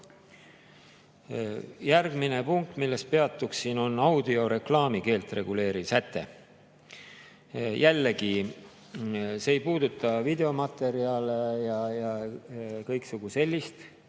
Järgmine punkt, millel peatuksin, on audioreklaami keelt reguleeriv säte. Jällegi, see ei puuduta videomaterjale ja kõiksugu sellist